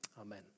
Amen